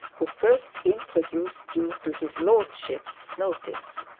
who first introduced you to his lordship's notice.